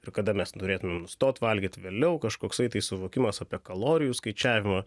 ir kada mes turėtume nustot valgyt vėliau kažkoksai tai suvokimas apie kalorijų skaičiavimą